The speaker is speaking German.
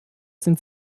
sind